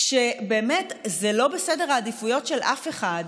כשזה לא בסדר העדיפויות של אף אחד?